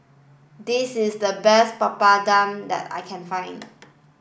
this is the best Papadum that I can find